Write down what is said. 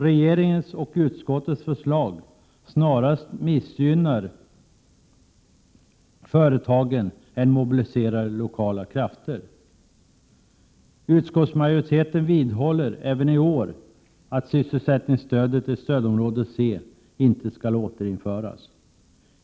Regeringens och utskottets förslag snarare missgynnar företagen än mobiliserar lokala krafter. Utskottsmajoriteten vidhåller även i år att sysselsättningsstödet i stödområde C inte skall återinföras.